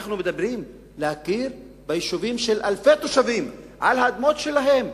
אנחנו מדברים על להכיר ביישובים של אלפי תושבים על האדמות שלהם,